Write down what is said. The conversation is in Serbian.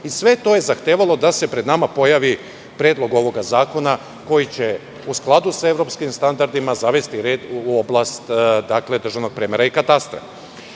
Sve je to zahtevalo da se pred nama pojavi predlog ovoga zakona, koji će, u skladu sa evropskim standardima, zavesti red u oblast državnog premera i katastra. Posebno